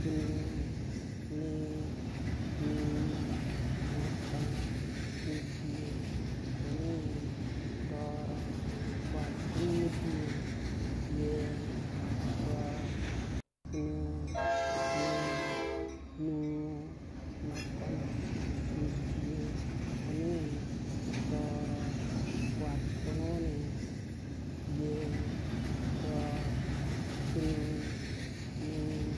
kunon, nii, nuwo, nokono, nibiyo, wuni, toro, kwab. kun nibiyo, gen, rob, kunon, nii, nuwo, nokono, nibiyo, wuni, toro, kwab, kun wuni, gen, rob kunon, nii,